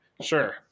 sure